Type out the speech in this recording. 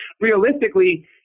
realistically